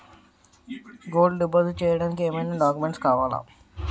Gold deposit చేయడానికి ఏమైనా documents కావాలా?